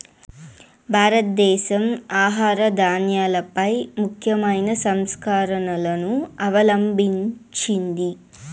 భారతదేశం ఆహార ధాన్యాలపై ముఖ్యమైన సంస్కరణలను అవలంభించింది